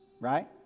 right